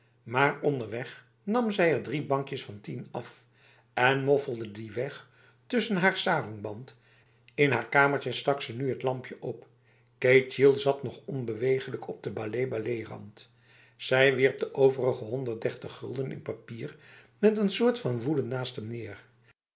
maar onderweg nam zij er drie bankjes van tien af en moffelde die weg tussen haar sarongband in haar kamertje stak ze nu t lampje op ketjil zat nog onbeweeglijk op de balé balérand zij wierp de overige honderddertig gulden in papier met n soort van woede naast hem neer